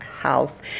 health